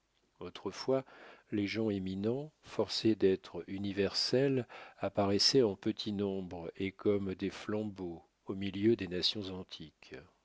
autrefois les gens éminents forcés d'être universels apparaissaient en petit nombre et comme des flambeaux au milieu des nations antiques